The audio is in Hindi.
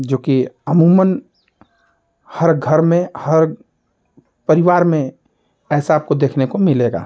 जो कि अमूमन हर घर में हर परिवार में ऐसा आपको देखने को मिलेगा